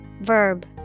Verb